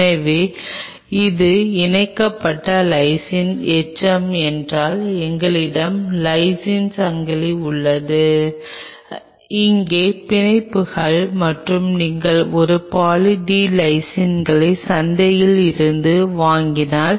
எனவே இது இணைக்கப்பட்ட லைசின் எச்சம் என்றால் எங்களிடம் லைசின் சங்கிலி உள்ளது இங்கே பிணைப்புகள் மற்றும் நீங்கள் இந்த பாலி டி லைசைனை சந்தையில் இருந்து வாங்கினால்